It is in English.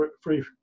free